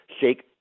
shake